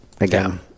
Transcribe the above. again